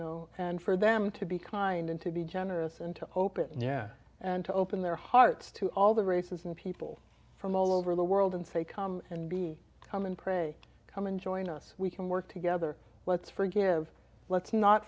know and for them to be kind and to be generous and to open yeah and to open their hearts to all the races and people from all over the world and say come and be come and pray come and join us we can work together let's forgive let's not